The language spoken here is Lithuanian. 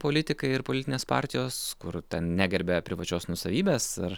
politikai ir politinės partijos kur ten negerbia privačios nuosavybės ar